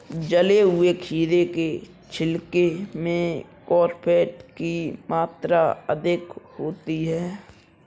जले हुए खीरे के छिलके में फॉस्फेट की मात्रा अधिक होती है